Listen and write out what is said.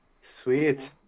Sweet